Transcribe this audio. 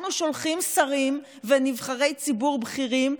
אנחנו שולחים שרים ונבחרי ציבור בכירים,